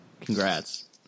Congrats